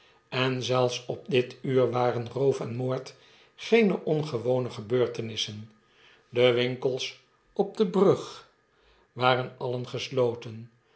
en zelfs op dit uur waren roof en moord geene ongewone gebeurtenissen de winkels op de brug waren alien gesloten